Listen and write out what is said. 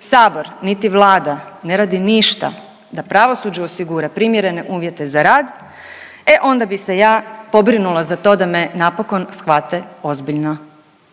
sabor, niti Vlada ne radi ništa da pravosuđu osigura primjerene uvjete za rad, e onda bi se ja pobrinula za to da me napokon shvate ozbiljno,